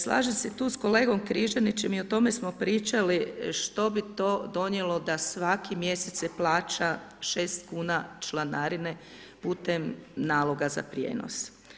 Slažem se tu sa kolegom Križanićem i o tome smo pričali, što bi to donijelo da svaki mjesec se plaća 6 kn članarine putem naloga za prijenos.